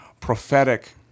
prophetic